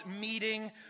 meeting